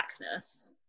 blackness